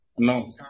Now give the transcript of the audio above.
No